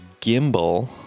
gimbal